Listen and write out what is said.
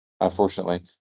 Unfortunately